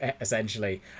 essentially